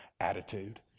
attitude